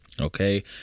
Okay